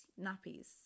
nappies